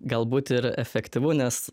galbūt ir efektyvu nes